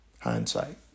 Hindsight